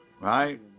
Right